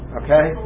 okay